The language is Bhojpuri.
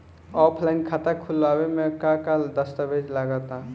ऑफलाइन खाता खुलावे म का का दस्तावेज लगा ता?